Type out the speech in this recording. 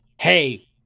hey